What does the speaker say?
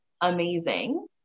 amazing